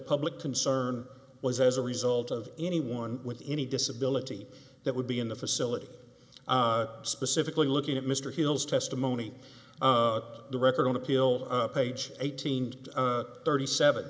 public concern was as a result of anyone with any disability that would be in the facility specifically looking at mr hill's testimony but the record on appeal page eight hundred thirty seven